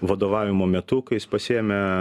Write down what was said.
vadovavimo metu kai jis pasiėmė